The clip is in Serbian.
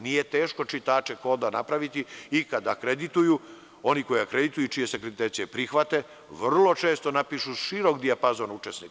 Nije teško čitače koda napraviti i kad akredituju, oni koji akredituju i čija se akreditacije prihvate, vrlo često napišu širok dijapazon učesnika.